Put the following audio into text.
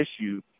issue